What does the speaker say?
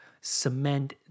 cement